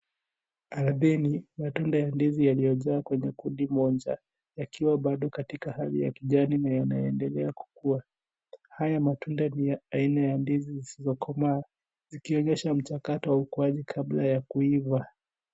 Ardhini, matunda ya ndizi yaliyo jaa kwenye kundi moja, yakiwa bado katika hali ya kijani na yanaendelea kukua, haya matunda ni ya aina ya ndizi zilizokomaa, zikionyesha mchakato wa ukuaji kabla ya kuiva.